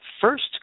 first